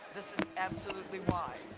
this is absolutely why,